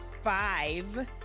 five